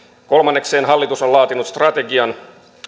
kolmanneksi hallitus on laatinut strategian